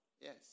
Yes